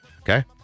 okay